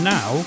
Now